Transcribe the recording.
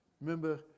Remember